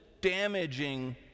damaging